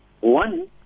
one